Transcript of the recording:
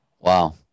Wow